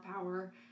power